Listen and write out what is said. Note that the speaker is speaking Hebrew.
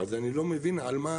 אז אני לא מבין על מה